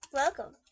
welcome